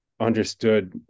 understood